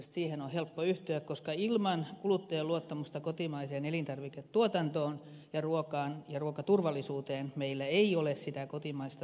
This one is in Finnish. siihen on helppo yhtyä koska ilman kuluttajien luottamusta kotimaiseen elintarviketuotantoon ja ruokaan ja ruokaturvallisuuteen meillä ei ole sitä kotimaista tuotantoa